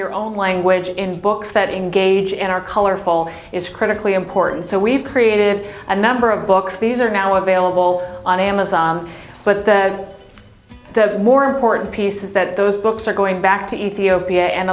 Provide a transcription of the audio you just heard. your own language in books that engage in our colorful is critically important so we've created a number of books these are now available on amazon but as the more important piece is that those books are going back to